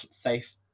safe